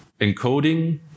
encoding